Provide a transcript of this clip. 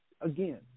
Again